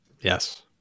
yes